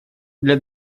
для